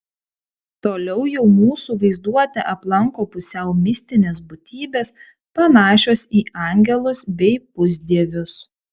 toliau jau mūsų vaizduotę aplanko pusiau mistinės būtybės panašios į angelus bei pusdievius